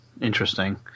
interesting